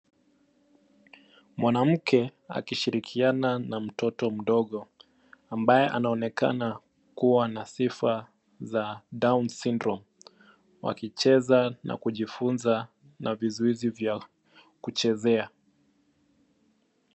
Mwanamke akishirikiana na mtoto mdogo, ambaye anaonekana kuwa na sifa za down syndrome . wakicheza na kujifunza na vizuizi vya kuchezea.